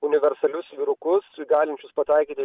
universalius vyrukus galinčius pataikyti